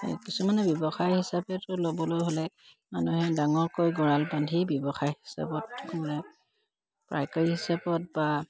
এই কিছুমানে ব্যৱসায় হিচাপেতো ল'বলৈ হ'লে মানুহে ডাঙৰকৈ গঁৰাল বান্ধি ব্যৱসায় হিচাপত মানে পাইকাৰী হিচাপত বা